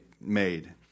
made